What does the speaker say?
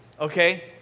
Okay